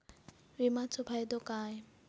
विमाचो फायदो काय?